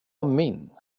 min